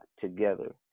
together